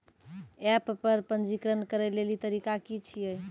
App पर पंजीकरण करै लेली तरीका की छियै?